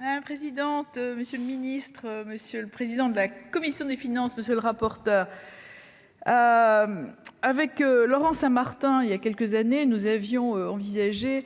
La présidente, monsieur le ministre, monsieur le président de la commission des finances, monsieur le rapporteur, avec Laurent Saint-Martin il y a quelques années nous avions envisagé